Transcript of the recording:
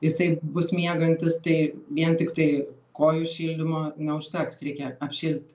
jisai bus miegantis tai vien tiktai kojų šildymo neužteks reikia apšilt